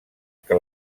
que